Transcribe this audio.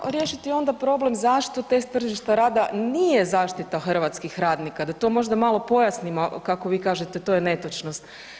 Ajmo riješiti onda problem zašto test tržišta rada nije zaštita hrvatskih radnika, da to možda malo pojasnimo, kako vi kažete to je netočnost.